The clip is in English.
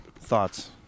thoughts